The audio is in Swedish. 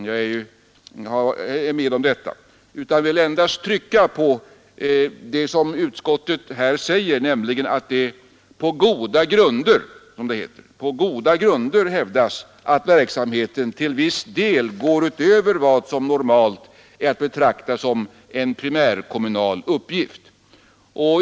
Jag vill endast trycka på det som utskottet här säger, nämligen att det ”på goda grunder”, som det heter, ”hävdas att verksamheten till viss del går utöver vad som normalt är att betrakta som en primärkommunal uppgift”.